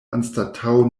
anstataŭ